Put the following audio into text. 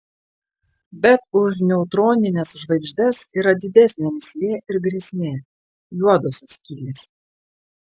bet už neutronines žvaigždes yra didesnė mįslė ir grėsmė juodosios skylės